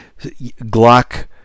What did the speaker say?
Glock